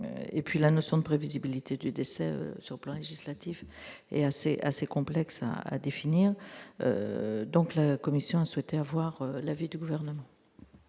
et puis la notion de prévisibilité du décès sur plan législatif est assez, assez complexe à définir donc la Commission souhaitait avoir l'avis du gouvernement.